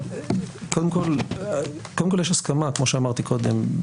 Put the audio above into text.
כמו שאמרתי קודם,